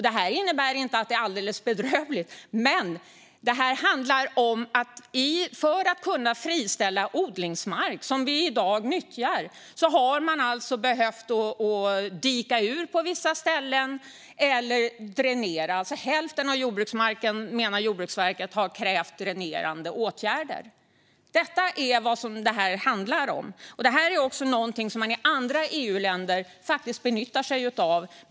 Det här innebär inte att det är alldeles bedrövligt, men det handlar om att man för att kunna friställa odlingsmark som vi i dag nyttjar alltså har behövt dika ur eller dränera på vissa ställen. Hälften av jordbruksmarken, menar Jordbruksverket, har krävt dränerande åtgärder. Detta är vad det här handlar om, och det är också någonting som man i andra medlemsländer faktiskt benyttjar sig av.